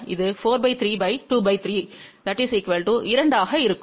ஆக இது 43 23 2 ஆக இருக்கும்